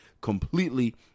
completely